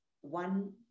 one